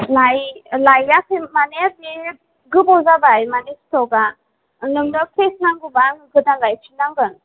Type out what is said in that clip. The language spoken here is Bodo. लाइ लायाखै माने गोबाव जाबाय माने स्टक आ नोंनो फ्रेस नांगौबा गोदान लाइफिन्नांगोन